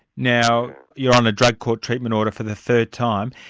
now you're on a drug court treatment order for the third time.